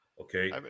Okay